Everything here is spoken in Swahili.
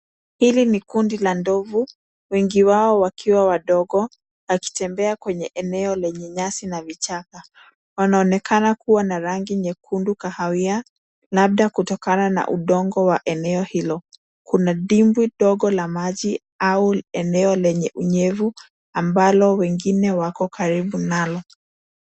Hili ni kundi la ndovu, wengi wao wakiwa wadogo wakietembea kwenye eneo lenye nyasi na vichaka. Wanaonekana kuwa na rangi nyekundu kahawia labda kutokana na udongo wa eneo hilo. Kuna dimbwi ndogo la maji au eneo lenye unyevu ambalo wengine wako karibu nalo.